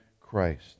Christ